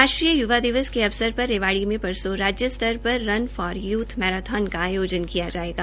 राष्ट्रीय य्वा दिवस के अवसर पर रेवाड़ी में परसों राज्य स्तर पर रन फॉर यूथ मैराथन का आयोजन किया जायेगा